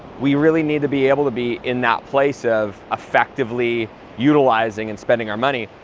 we really need to be able to be in that place of effectively utilizing, and spending, our money,